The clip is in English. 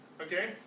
Okay